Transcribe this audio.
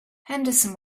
henderson